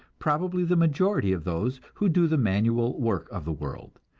probably the majority of those who do the manual work of the world.